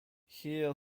here